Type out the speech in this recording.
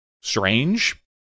strange